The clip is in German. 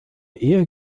ehe